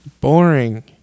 Boring